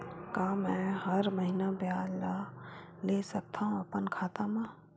का मैं हर महीना ब्याज ला ले सकथव अपन खाता मा?